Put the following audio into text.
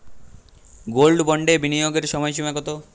Gold বন্ডে বিনিয়োগের সময়সীমা কতো?